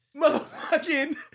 motherfucking